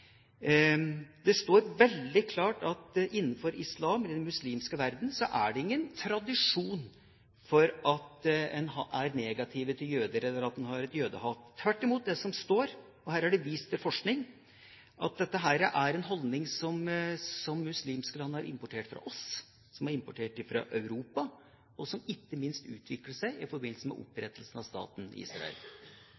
veldig klart at innenfor islam eller den muslimske verden er det ingen tradisjon for at man er negative til jøder eller at man har et jødehat. Tvert imot står det – og her er det vist til forskning – at dette er en holdning som muslimske land har importert fra oss – som er importert fra Europa – og som ikke minst utviklet seg i forbindelse med